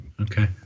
okay